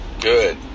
good